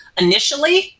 Initially